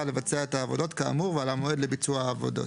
לבצע את העבודות כאמור ועל המועד לביצוע העבודות.